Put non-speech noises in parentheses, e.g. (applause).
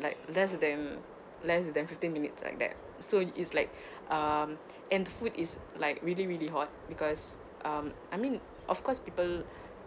like less than less than fifteen minutes like that so it's like (breath) um and food is like really really hot because um I mean of course people